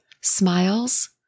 Smiles